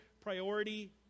priority